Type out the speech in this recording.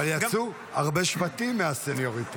אבל יצאו הרבה שבטים מהסניוריטי.